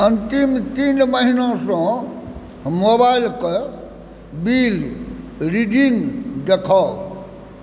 अंतिम तीन महिनासँ मोबाइलके बिल रीडिंग देखाउ